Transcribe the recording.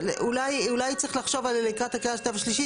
אבל אולי צריך לחשוב על לקראת קריאה שנייה ושלישית,